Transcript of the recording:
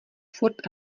furt